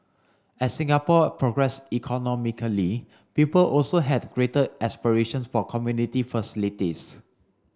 as Singapore progress economically people also had greater aspirations for community facilities